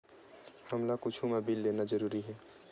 हमला कुछु मा बिल लेना जरूरी हे?